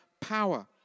power